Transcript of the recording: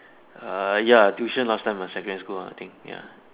err ya tuition last time lah secondary school uh I think ya